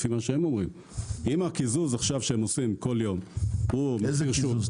אם הקיזוז שהם עושים עכשיו כל יום הוא מחיר שוק --- איזה קיזוז?